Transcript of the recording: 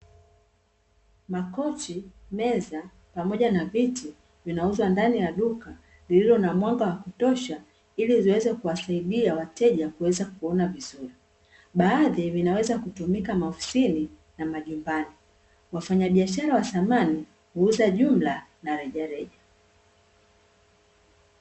Makochi, meza pamoja na viti, vinauzwa ndani ya duka lililo na mwanga wa kutosha, ili ziweze kuwasaida wateja waweze kuona vizuri. Baadhi vinaweza kutumika maofisini na majumbani, wafanyabiashara wa samani, huuza jumla na rejareja.